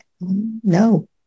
no